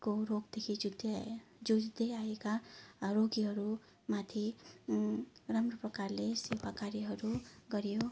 को रोगदेखि जुझ्दै आ जुझ्दै आएका रोगीहरूमाथि राम्रो प्रकारले सेवा कार्यहरू गरियो